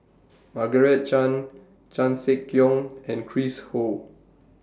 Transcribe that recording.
Margaret Chan Chan Sek Keong and Chris Ho